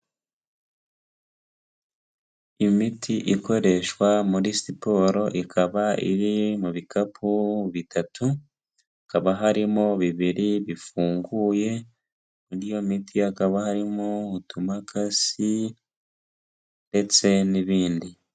Imiti ikoreshwa muri siporo ikaba iri mu bikapu bitatu, hakaba harimo bibiri bifunguye muri iyo miti hakaba harimo utumakasi ndetse n'ibindi.